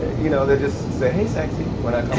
you know they just say, hey, sexy when i come